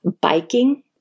biking